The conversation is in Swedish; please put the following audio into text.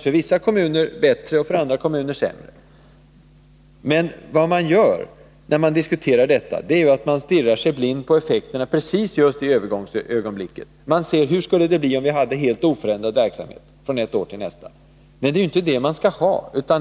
för vissa kommuner bättre och för andra sämre, även om den totala ramen skulle vara oförändrad. När man diskuterar detta stirrar man sig ju blind på effekterna i just övergångsögonblicket. Man ser hur det skulle bli vid helt oförändrad verksamhet, från ett år till nästa. Men det är ju inte så man skall se på det hela.